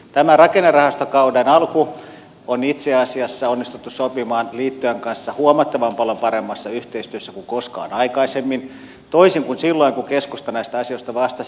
tämä rakennerahastokauden alku on itse asiassa onnistuttu sopimaan liittojen kanssa huomattavan paljon paremmassa yhteistyössä kuin koskaan aikaisemmin toisin kuin silloin kun keskusta näistä asioista vastasi